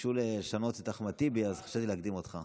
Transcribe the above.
ביקשו לשנות את אחמד טיבי, אז חשבתי להקדים אותך.